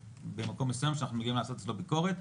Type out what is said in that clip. במקום מסויים כשאנחנו מגיעים לעשות ביקורת,